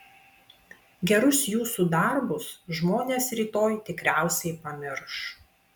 gerus jūsų darbus žmonės rytoj tikriausiai pamirš